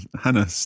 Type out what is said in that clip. Hannah